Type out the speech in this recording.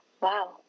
Wow